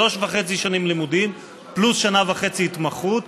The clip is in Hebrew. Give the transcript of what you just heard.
שלוש וחצי שנים לימודים פלוס שנה וחצי התמחות,